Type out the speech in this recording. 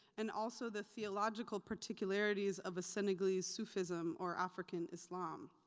and also the theological particularities of a senegalese sufism or african islam.